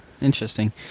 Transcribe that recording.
Interesting